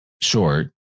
short